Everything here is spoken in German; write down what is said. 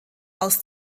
aus